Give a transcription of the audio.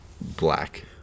black